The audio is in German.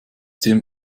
ziehen